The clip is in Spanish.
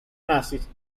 nazis